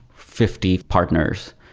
fifty partners,